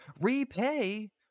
Repay